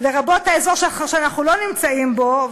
לרבות האזור שאנחנו לא נמצאים בו,